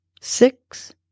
six